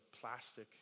plastic